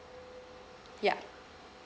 ya